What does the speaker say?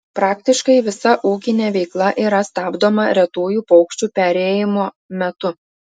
praktiškai visa ūkinė veikla yra stabdoma retųjų paukščių perėjimo metu